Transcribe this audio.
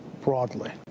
broadly